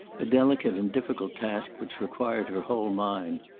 a delicate and difficult task which required her whole mind.